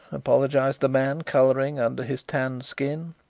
apologized the man, colouring under his tanned skin.